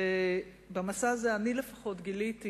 ובמסע הזה אני לפחות גיליתי